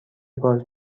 باز